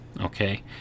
Okay